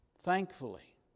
Thankfully